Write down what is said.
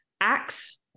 acts